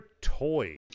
toy